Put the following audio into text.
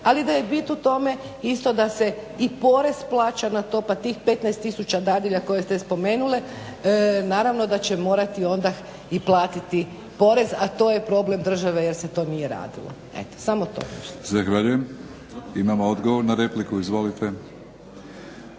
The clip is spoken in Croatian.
ali da je bit u tome isto da se i porez plaća na to, pa tih 15000 dadilja koje ste spomenuli naravno da će morati onda i platiti porez, a to je problem države jer se to nije radilo. Eto, samo to. **Batinić, Milorad (HNS)** Zahvaljujem. Imamo odgovor na repliku, izvolite.